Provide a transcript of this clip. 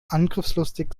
angriffslustig